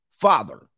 father